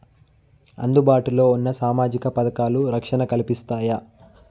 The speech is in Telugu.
అందుబాటు లో ఉన్న సామాజిక పథకాలు, రక్షణ కల్పిస్తాయా?